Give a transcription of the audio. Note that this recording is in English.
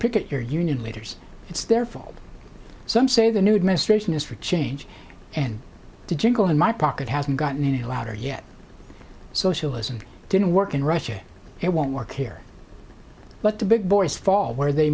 picket your union leaders it's their fault some say the new administration is for change and to jingle in my pocket hasn't gotten any louder yet socialism didn't work in russia it won't work here but the big boys fall where they